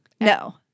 no